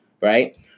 right